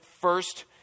first